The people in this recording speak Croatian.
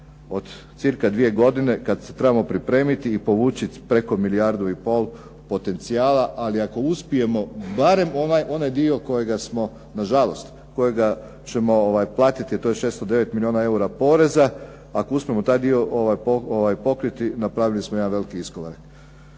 od cca 2 godine kad se trebamo pripremiti i polučit preko milijardu i pol potencijala, ali ako uspijemo barem onaj dio kojega smo, nažalost, kojega ćemo platiti, a to je 609 milijuna eura poreza, ako uspijemo taj dio pokriti napravili smo jedan veliki iskorak.